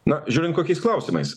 na žiūrint kokiais klausimais